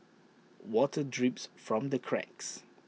water drips from the cracks